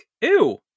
ew